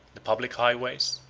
the public highways,